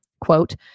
quote